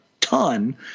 ton